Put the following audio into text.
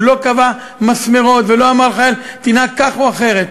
הוא לא קבע מסמרות ולא אמר לחייל: תנהג כך או אחרת,